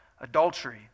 adultery